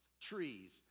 trees